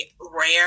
rare